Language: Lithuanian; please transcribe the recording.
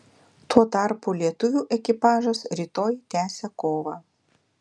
tuo tarpu lietuvių ekipažas rytoj tęsia kovą